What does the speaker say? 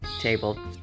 table